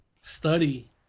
study